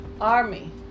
army